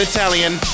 Italian